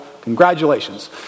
Congratulations